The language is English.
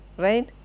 right.